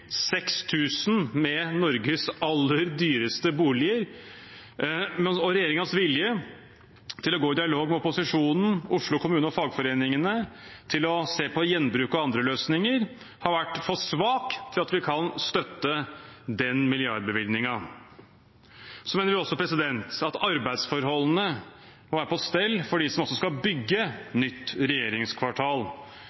med Norges aller dyreste boliger. Regjeringens vilje til å gå i dialog med opposisjonen, Oslo kommune og fagforeningene, til å se på gjenbruk av andre løsninger har vært for svak til at vi kan støtte den milliardbevilgningen. Vi mener også at arbeidsforholdene må være på stell for dem som skal bygge